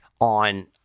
on